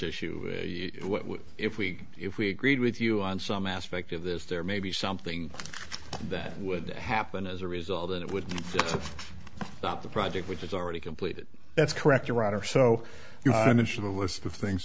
issue if we if we agreed with you on some aspect of this there may be something that would happen as a result it would stop the project which is already completed that's correct or rather so you know i mentioned a list of things